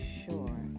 sure